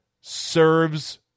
serves